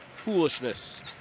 Foolishness